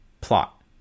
plot